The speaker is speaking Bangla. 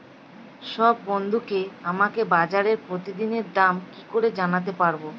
সব বন্ধুকে আমাকে বাজারের প্রতিদিনের দাম কি করে জানাতে পারবো?